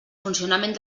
funcionament